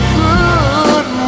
good